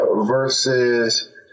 versus